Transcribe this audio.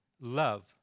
love